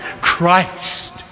Christ